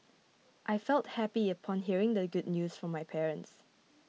I felt happy upon hearing the good news from my parents